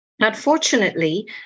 Unfortunately